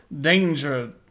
danger